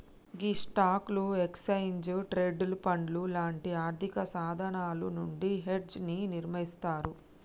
గీ స్టాక్లు, exchange traded పండ్లు లాంటి ఆర్థిక సాధనాలు నుండి హెడ్జ్ ని నిర్మిస్తారు